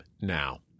now